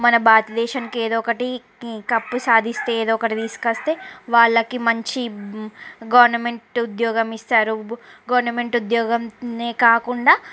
మన భారతదేశానికి ఏదో ఒకటి కప్పు సాధిస్తే ఏదో ఒకటి తీసుకొస్తే వాళ్ళకి మంచి గవర్నమెంట్ ఉద్యోగం ఇస్తారు గవర్నమెంట్ ఉద్యోగమే కాకుండా